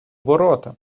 ворота